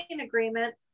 agreement